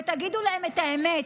ותגידו להם את האמת,